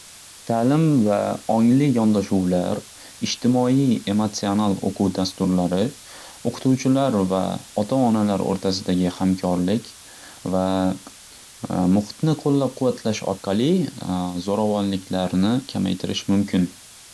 ta'lim va ongli yondashuvlar, ijtimoiy emotsional o'quv dasturlari, o'qituvchilar va ota-onalar o'rtasidagi hamkorlik va muhitni qo'llab quvvatlash orqali zo'ravonliklarni kamaytirish mumkin.